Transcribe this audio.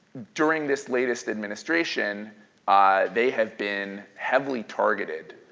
during this latest administration they have been heavily targeted.